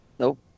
Nope